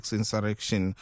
insurrection